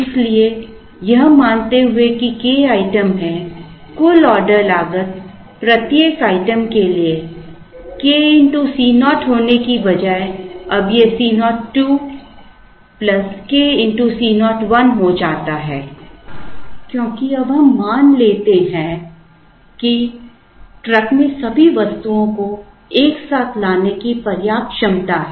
इसलिए यह मानते हुए कि k आइटम हैं कुल ऑर्डर लागत प्रत्येक आइटम के लिए k x C 0 होने के बजाय अब यह C 0 2 k x C 0 1 हो जाता है क्योंकि अब हम मान लेते हैं कि ट्रक में सभी वस्तुओं को एक साथ लाने की पर्याप्त क्षमता है